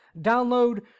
download